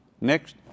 Next